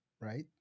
right